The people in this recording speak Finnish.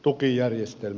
kiitos